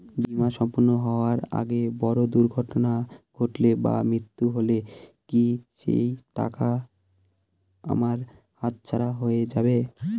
বীমা সম্পূর্ণ হওয়ার আগে বড় দুর্ঘটনা ঘটলে বা মৃত্যু হলে কি সেইটাকা আমার হাতছাড়া হয়ে যাবে?